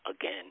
again